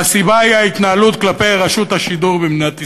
והסיבה היא ההתנהלות כלפי רשות השידור במדינת ישראל.